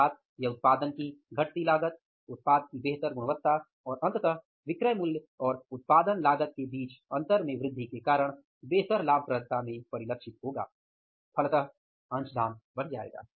अर्थात यह उत्पादन की घटती लागत उत्पाद की बेहतर गुणवत्ता और अंततः विक्रय मूल्य और उत्पादन लागत के बीच अंतर में वृद्धि के कारण बेहतर लाभप्रदता में परिलक्षित होगा इसलिए अंशदान बढ़ जाएगा